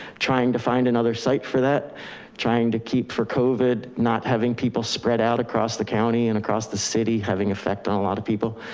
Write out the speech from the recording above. trying to find another site for that trying to keep for covid not having people spread out across the county and across the city having effect on a lot of people.